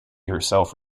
herself